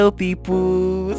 people